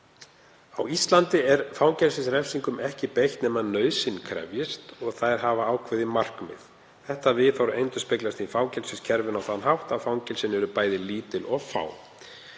Á Íslandi er fangelsisrefsingum ekki beitt nema nauðsyn krefjist og þær hafa ákveðin markmið. Þetta viðhorf endurspeglast í fangelsiskerfinu á þann hátt að fangelsin eru bæði lítil og fá.